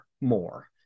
more